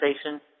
station